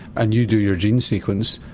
and you do your gene sequence,